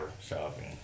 shopping